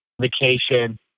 vacation